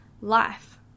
life